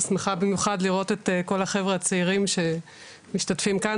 ושמחה במיוחד לראות את כל החבר'ה הצעירים שמשתתפים כאן,